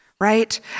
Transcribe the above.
right